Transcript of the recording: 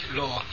law